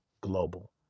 global